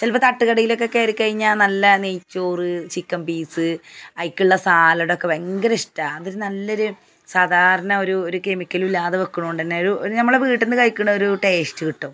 ചിലപ്പോൾ തട്ടു കടയിലൊക്കെ കയറി കഴിഞ്ഞാൽ നല്ല നെയ് ചോറ് ചിക്കൻ പീസ് അവയ്ക്കുള്ള സാലഡൊക്കെ ഭയങ്കര ഇഷ്ടമാണ് അവർ നല്ലൊരു സാധാരണ ഒരു ഒരു കെമിക്കലില്ലാതെ വെയ്ക്കണതു കൊണ്ടു തന്നെ ഒരു ഞമ്മളെ വീട്ടിൽ നിന്ന് കഴിക്കണ ഒരു ടേസ്റ്റ് കിട്ടും